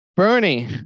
Bernie